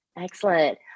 Excellent